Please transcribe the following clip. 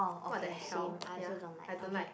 what the hell ya I don't like